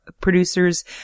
producers